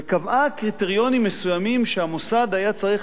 וקבעה קריטריונים מסוימים שהמוסד היה צריך